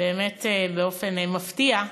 באמת במפתיע,